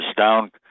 down